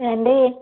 ఏమండి